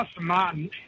Martin